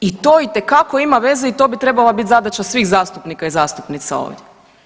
I to itekako ima veze i to bi trebala biti zadaća svih zastupnika i zastupnica ovdje.